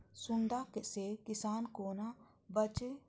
सुंडा से किसान कोना बचे?